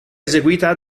eseguita